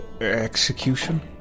Execution